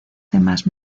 temas